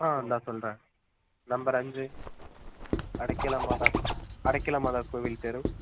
ஆ இந்த சொல்கிறேன் நம்பர் அஞ்சு அடைக்கலம் மாதா அடைக்கலம் மாதா கோவில் தெரு